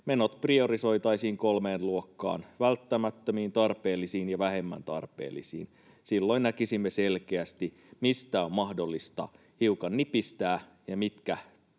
menot priorisoitaisiin kolmeen luokkaan: välttämättömiin, tarpeellisiin ja vähemmän tarpeellisiin. Silloin näkisimme selkeästi, mistä on mahdollista hiukan nipistää ja mitkä on